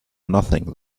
nothing